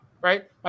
right